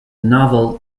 novel